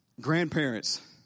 grandparents